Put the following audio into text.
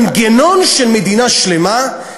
מנגנון של מדינה שלמה,